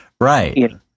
Right